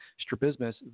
strabismus